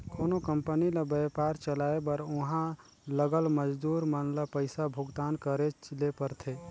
कोनो कंपनी ल बयपार चलाए बर उहां लगल मजदूर मन ल पइसा भुगतान करेच ले परथे